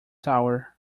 hour